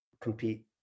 compete